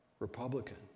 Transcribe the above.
Republican